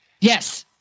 Yes